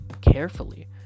carefully